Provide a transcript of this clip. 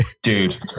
Dude